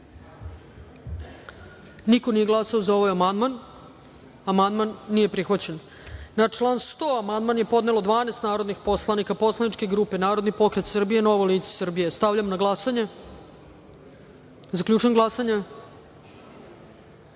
niko nije glasao za ovaj amandman. Amandman nije prihvaćen. Na član 100. amandman je podnelo 12 narodnih poslanika poslaničke grupe Narodni pokret Srbije – Novo lice Srbije. Stavljam na glasanje ovaj